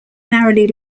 narrowly